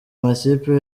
makipe